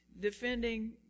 defending